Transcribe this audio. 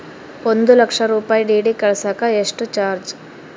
ಒಂದು ಲಕ್ಷ ರೂಪಾಯಿ ಡಿ.ಡಿ ಕಳಸಾಕ ಎಷ್ಟು ಚಾರ್ಜ್?